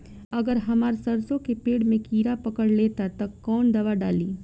अगर हमार सरसो के पेड़ में किड़ा पकड़ ले ता तऽ कवन दावा डालि?